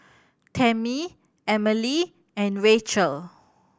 Tammi Emelie and Rachelle